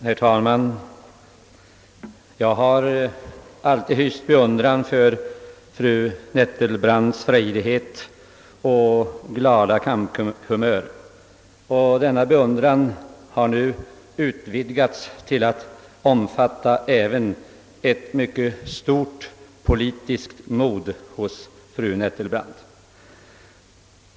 Herr talman! Jag har alltid hyst beundran för fru Nettelbrandts frejdighet och glada kamphumör. Denna beundran har nu utvidgats till att omfatta även ett mycket stort politiskt mod hos fru Nettelbrandt.